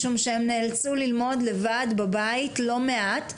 משום שהם נאלצו ללמוד לבד בבית לא מעט,